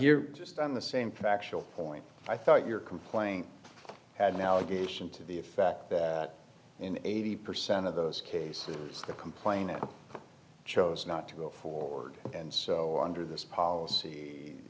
here just on the same factual point i thought your complaint had an allegation to the effect in eighty percent of those cases the complainant chose not to go forward and so i under this policy